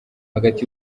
hagati